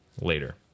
later